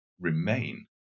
remain